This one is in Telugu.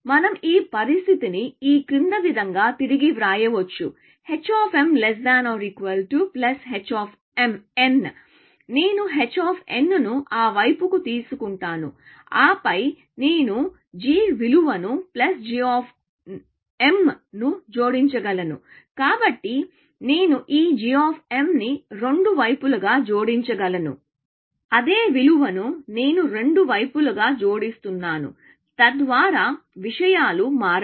మనం ఈ పరిస్థితిని ఈ క్రింది విధంగా తిరిగి వ్రాయవచ్చు h h నేను h ను ఆ వైపుకు తీసుకుంటాను ఆపై నేను g విలువలను g ను జోడించగలను కాబట్టి నేను ఈ g ని రెండు వైపులా జోడించగలను అదే విలువను నేను రెండు వైపులా జోడిస్తున్నాను తద్వారా విషయాలు ఇలావ్రాస్తాను మారవు